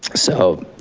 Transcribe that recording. so,